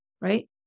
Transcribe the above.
right